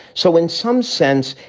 so in some sense,